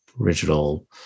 original